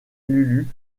lulu